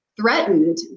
threatened